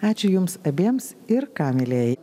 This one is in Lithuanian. ačiū jums abiems ir ką mielieji